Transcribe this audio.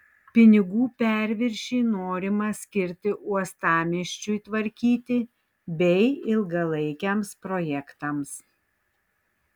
pinigų perviršį norima skirti uostamiesčiui tvarkyti bei ilgalaikiams projektams